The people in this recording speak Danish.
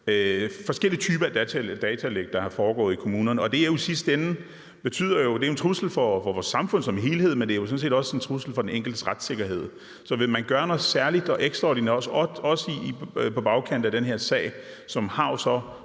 forskellige typer af datalæk, der er foregået i kommunerne. Det er jo en trussel mod vores samfund som helhed, med det betyder også i sidste ende, at det jo sådan set er en trussel mod den enkeltes retssikkerhed. Så vil man gøre noget særligt og ekstraordinært på bagkant af den her sag, som har så